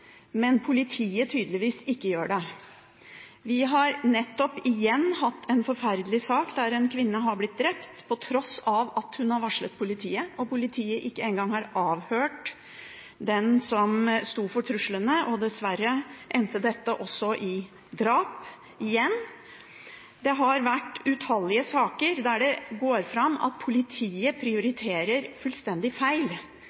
men politiet tydeligvis ikke gjør det. Vi har nettopp – igjen – hatt en forferdelig sak der en kvinne har blitt drept på tross av at hun har varslet politiet, og politiet ikke engang har avhørt den som sto for truslene. Dessverre endte dette også i drap – igjen. Det har vært utallige saker der det går fram at politiet prioriterer fullstendig feil.